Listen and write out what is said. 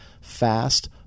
fast